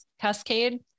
cascade